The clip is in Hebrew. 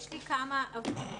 יש לי כמה הבחנות: